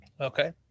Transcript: Okay